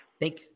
Thank